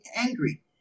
angry